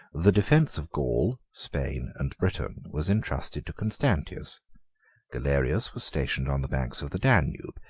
the defence of gaul, spain, and britain, was intrusted to constantius galerius was stationed on the banks of the danube,